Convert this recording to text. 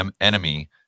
enemy